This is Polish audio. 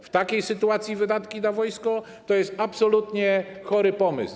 W takiej sytuacji wydatki na wojsko to jest absolutnie chory pomysł.